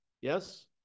Yes